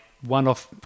one-off